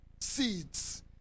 seeds